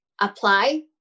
apply